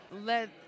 let